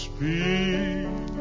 Speak